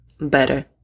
better